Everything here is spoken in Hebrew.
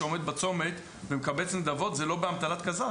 שעומד בצומת ומקבץ נדבות זה לא באמתלת כזה,